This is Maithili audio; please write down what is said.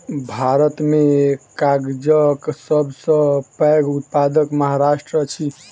भारत में कागजक सब सॅ पैघ उत्पादक महाराष्ट्र अछि